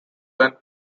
than